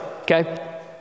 okay